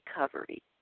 recovery